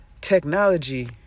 technology